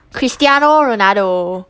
cristiano ronaldo